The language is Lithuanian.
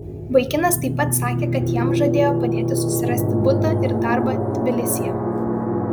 vaikinas taip pat sakė kad jam žadėjo padėti susirasti butą ir darbą tbilisyje